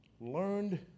learned